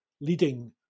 leading